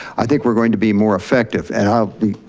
i think we're going to be more effective. and um